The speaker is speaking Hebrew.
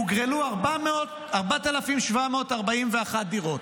הוגרלו 4,741 דירות,